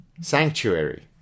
sanctuary